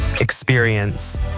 experience